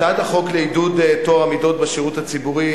הצעת החוק לעידוד טוהר המידות בשירות הציבור (תיקון,